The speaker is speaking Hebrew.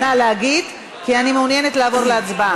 נא להגיד, כי אני מעוניינת לעבור להצבעה.